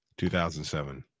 2007